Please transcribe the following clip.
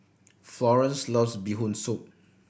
Florance loves Bee Hoon Soup